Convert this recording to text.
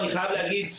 אני חייב להגיד,